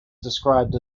described